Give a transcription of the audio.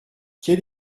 quel